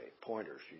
Pointers